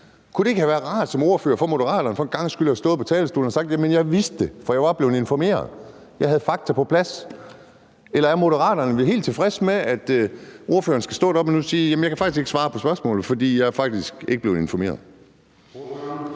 Kunne det ikke have været rart som ordfører for Moderaterne for en gangs skyld at have stået på talerstolen og sagt: Jeg vidste det, for jeg var blevet informeret; jeg havde fakta på plads? Eller er Moderaterne helt tilfredse med, at ordføreren nu skal stå deroppe og sige: Jeg kan ikke svare på spørgsmålet, for jeg er faktisk ikke blevet informeret?